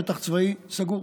שטח צבאי סגור.